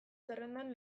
zerrendan